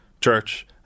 church